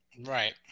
Right